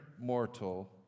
mortal